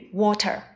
water